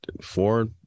four